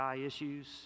issues